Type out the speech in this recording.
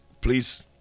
please